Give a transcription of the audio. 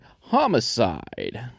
homicide